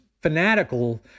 fanatical